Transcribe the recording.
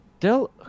tell